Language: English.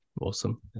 Awesome